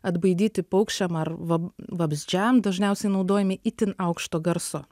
atbaidyti paukščiam ar vab vabzdžiam dažniausiai naudojami itin aukšto garso